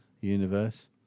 universe